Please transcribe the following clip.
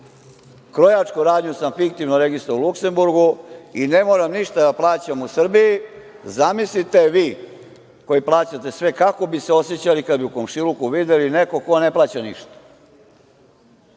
krojačku radnju sam fiktivno registrovao u Luksemburgu, i ne moram ništa da plaćam u Srbiji. Zamislite, vi koji plaćate sve, kako bi se osećali kada bi u komšiluku videli nekog ko ne plaća ništa.